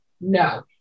No